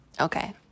Okay